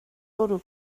bwrw